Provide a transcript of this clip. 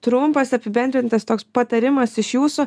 trumpas apibendrintas toks patarimas iš jūsų